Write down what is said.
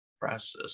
process